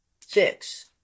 Six